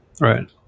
right